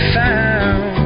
found